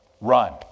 Run